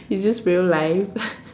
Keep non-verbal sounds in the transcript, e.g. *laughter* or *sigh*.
is this real life *laughs*